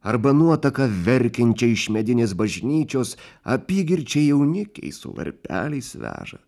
arba nuotaką verkiančią iš medinės bažnyčios apygirčiai jaunikiai su varpeliais veža